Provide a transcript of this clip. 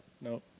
No